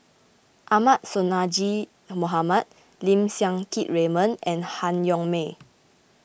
Ahmad Sonhadji Mohamad Lim Siang Keat Raymond and Han Yong May